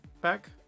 back